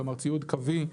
כלומר ציוד קווי,